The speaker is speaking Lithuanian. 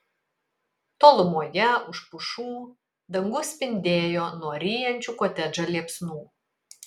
tolumoje už pušų dangus spindėjo nuo ryjančių kotedžą liepsnų